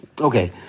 okay